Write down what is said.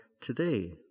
today